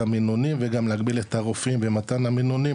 המינונים וגם להגביל את הרופאים ומתן המינונים,